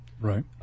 Right